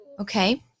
Okay